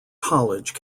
college